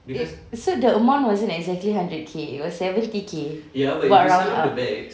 wait so the amount wasn't exactly hundred K it was seventy K but round up